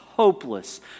hopeless